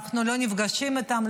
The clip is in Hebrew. אנחנו לא נפגשים איתם,